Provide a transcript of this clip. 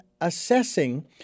assessing